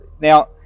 Now